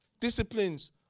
disciplines